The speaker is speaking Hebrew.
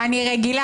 אני רגילה לשקרים.